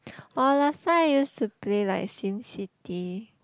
oh last time I use to play like Sim-City